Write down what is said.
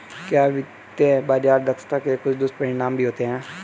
क्या वित्तीय बाजार दक्षता के कुछ दुष्परिणाम भी होते हैं?